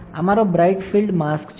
આ મારો bright field mask છે